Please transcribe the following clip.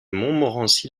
montmorency